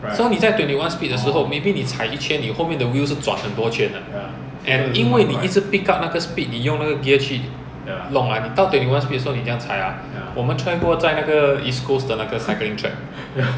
so 你在 twenty one speed 的时候 maybe 你踩一圈你后面的 wheel 是转很多圈的 and 因为你一直 pick up 那个 speed 你用那个 gear 去弄啊你到 twenty one speed 的时候你这样踩啊我们 try 过在那个 east coast the 那个 cycling track